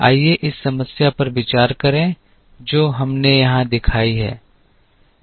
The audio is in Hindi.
आइए इस समस्या पर विचार करें जो हमने यहां दिखाई है